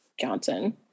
Johnson